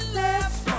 left